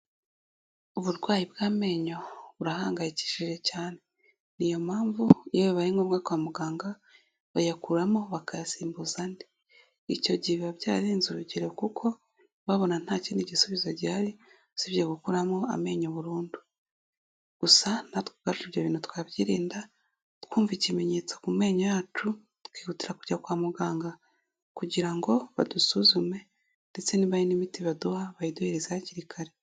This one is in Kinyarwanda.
Uburwayi bw'amenyo, burahangayikishije cyane. Niyompamvu iyo bibaye ngombwa kwa muganga, bayakuramo bakayasimbuza andi. Icyo gihe biba byarenze urugero, kuko babona nta kindi gisubizo gihari, usibye gukuramo amenyo burundu. Gusa natwe ubwacu ibyo bintu twabyirinda, twumva ikimenyetso ku menyo yacu, twihutira kujya kwa muganga, kugira ngo badusuzume ndetse niba hari n'imiti baduha, bayiduhereza hakiri kare.